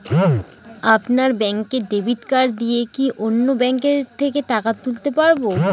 আপনার ব্যাংকের debit card দিয়ে কি অন্য ব্যাংকের থেকে টাকা তুলতে পারবো?